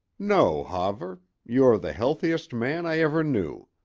no, hawver you are the healthiest man i ever knew.